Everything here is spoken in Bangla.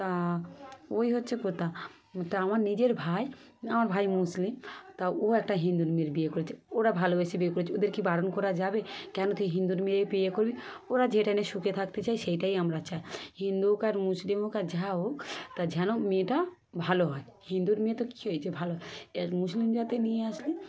তা ওই হচ্ছে কথা তা আমার নিজের ভাই আমার ভাই মুসলিম তা ও একটা হিন্দুর মেয়ের বিয়ে করেছে ওরা ভালোবেসে বিয়ে করেছে ওদের কি বারণ করা যাবে কেন তুই হিন্দুর মেয়ে বিয়ে করবি ওরা যেটা নিয়ে সুখে থাকতে চায় সেটাই আমরা চাই হিন্দু হোক আর মুসলিম হোক আর যা হোক তা যেন মেয়েটা ভালো হয় হিন্দুর মেয়ে তো কী হয়েছে ভালো মুসলিম জাতের নিয়ে আসলে